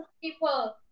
people